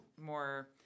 more